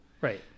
Right